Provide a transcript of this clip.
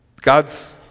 God's